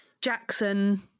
Jackson